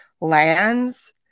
lands